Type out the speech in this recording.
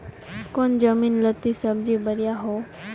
कौन जमीन लत्ती सब्जी बढ़िया हों?